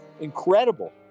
Incredible